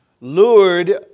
lured